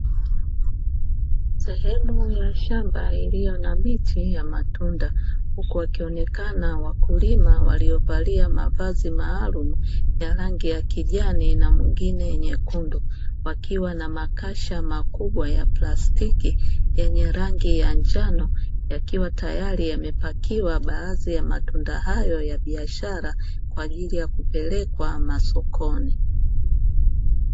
Sehemu ya shamba iliyo na miti ya matunda, huku wakionekana wakulima waliovalia mavazi maalumu ya rangi ya kijani na mwingine nyekundu; wakiwa na makasha makubwa ya plastiki yenye rangi ya njano yakiwa tayari yamepakiwa baadhi ya matunda haya ya biashara kwa aili ya kupelekwa sokoni.